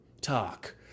talk